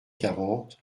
quarante